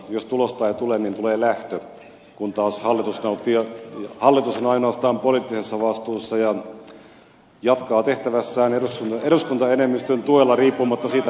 jos tulosta ei tule niin tulee lähtö kun taas hallitus on ainoastaan poliittisessa vastuussa ja jatkaa tehtävässään eduskuntaenemmistön tuella riippumatta siitä mitä pääministeri tekee